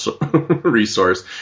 resource